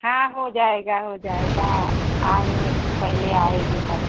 हाँ हो जाएगा हो जाएगा आने पहले आएगी तब